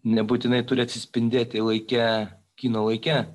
nebūtinai turi atsispindėti laike kino laike